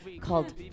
called